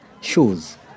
shoes